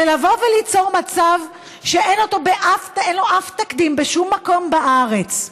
זה לבוא וליצור מצב שאין לו אף תקדים בשום מקום בארץ.